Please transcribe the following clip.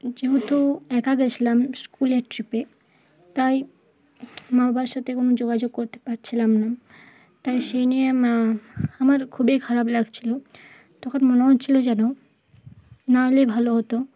যেহেতু একা গেছিলাম স্কুলের ট্রিপে তাই মা বাবার সাথে কোনো যোগাযোগ করতে পারছিলাম না তাই সেই নিয়ে মা আমার খুবই খারাপ লাগছিলো তখন মনে হচ্ছিলো যেন না হলেই ভালো হতো